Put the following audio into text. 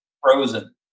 frozen